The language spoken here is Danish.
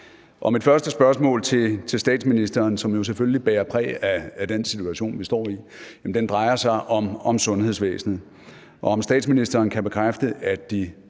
Mit første spørgsmål til statsministeren, som jo selvfølgelig bærer præg af den situation, vi står i, drejer sig om sundhedsvæsenet. Kan statsministeren bekræfte, at de